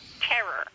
terror